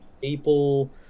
people